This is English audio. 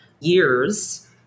years